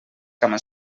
cama